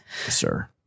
Sir